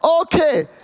okay